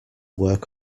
work